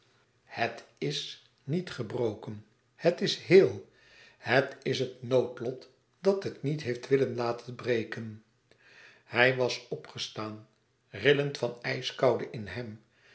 het is niet gebroken het is heel het is het noodlot dat het niet heeft willen laten breken hij was opgestaan rillend van de ijskoude in hem